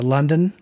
London